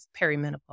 perimenopause